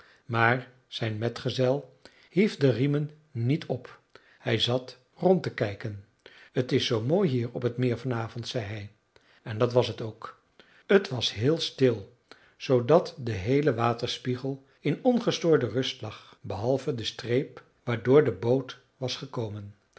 maar zijn metgezel hief de riemen niet op hij zat rond te kijken t is zoo mooi hier op t meer vanavond zei hij en dat was het ook t was heel stil zoodat de heele waterspiegel in ongestoorde rust lag behalve de streep waardoor de boot was gekomen